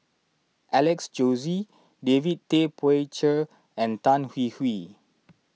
Alex Josey David Tay Poey Cher and Tan Hwee Hwee